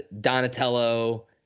donatello